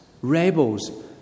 rebels